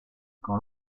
quand